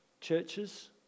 churches